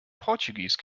portuguese